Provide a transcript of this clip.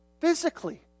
physically